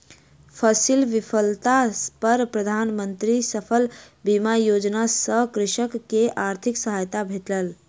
फसील विफलता पर प्रधान मंत्री फसल बीमा योजना सॅ कृषक के आर्थिक सहायता भेटलै